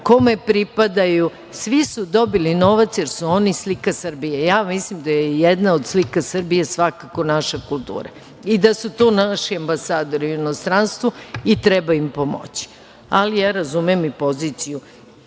kome pripadaju, svi su dobili novac, jer su oni slika Srbije. Ja mislim da je jedna od slika Srbije svakako naša kultura i da su to naši ambasadori u inostranstvu i treba im pomoći, ali razumem ja i poziciju